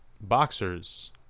boxers